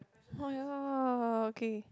oh ya okay